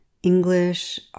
English